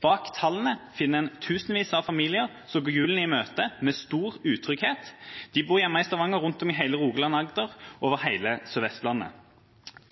Bak tallene finner en tusenvis av familier som går julen i møte med stor utrygghet. De bor hjemme i Stavanger, rundt om i hele Rogaland og Agder – over hele Sør-Vestlandet.